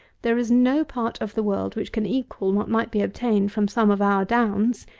there is no part of the world which can equal what might be obtained from some of our downs,